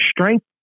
strength